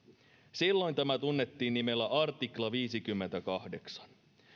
silloin tämä tunnettiin nimellä artikla viisikymmentäkahdeksan